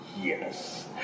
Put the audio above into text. Yes